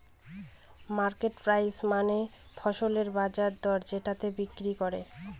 market price মানে ফসলের বাজার দরে যেটাতে বিক্রি করে